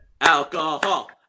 Alcohol